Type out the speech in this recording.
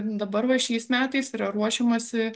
dabar va šiais metais yra ruošiamasi